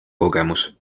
kogemus